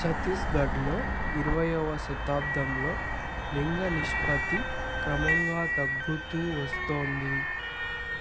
ఛత్తీస్గఢ్లో ఇరవైయవ శతాబ్దంలో లింగ నిష్పత్తి క్రమంగా తగ్గుతు వస్తోంది